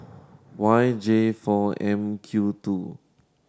Y J four M Q two